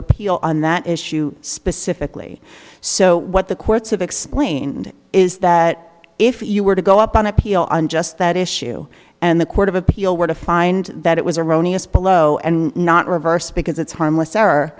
appeal on that issue specifically so what the courts have explained is that if you were to go up on appeal on just that issue and the court of appeal were to find that it was erroneous below and not reversed because it's harmless